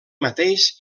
mateix